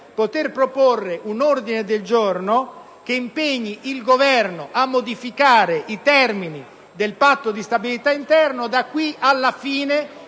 - proporre un ordine del giorno che impegni il Governo a modificare i termini del patto di stabilità interno entro la fine